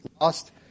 lost